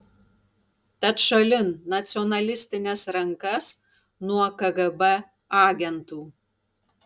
tad šalin nacionalistines rankas nuo kgb agentų